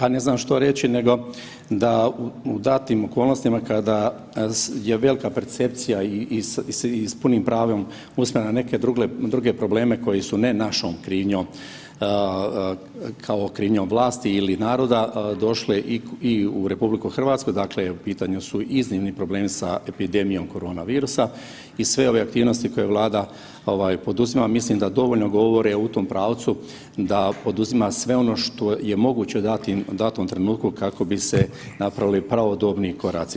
A ne znam što reći nego da u datim okolnostima kada je velika percepcija i s punim pravom usmjerena na neke druge probleme koji su ne našom krivom kao krivnjom vlasti ili naroda došle i u RH, dakle u pitanju su iznimni problemi sa epidemijom korona virusa i sve ove aktivnosti koje Vlada poduzima mislim da dovoljno govore u tom pravcu da poduzima sve ono što je moguće u datom trenutku kako bi se napravili pravodobni koraci.